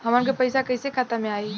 हमन के पईसा कइसे खाता में आय?